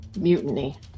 Mutiny